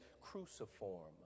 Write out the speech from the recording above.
cruciform